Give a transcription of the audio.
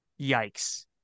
Yikes